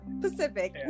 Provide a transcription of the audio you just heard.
Pacific